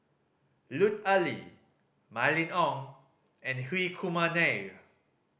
Lut Ali Mylene Ong and Hri Kumar Nair